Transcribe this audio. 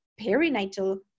perinatal